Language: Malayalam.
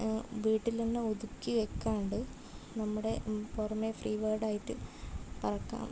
വീട്ടിൽ തന്നെ ഒതുക്കി വയ്ക്കാണ്ട് നമ്മുടെ പുറമെ ഫ്രീ ബേർഡ് ആയിട്ട് പറക്കാം